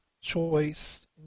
choice